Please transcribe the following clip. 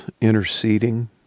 interceding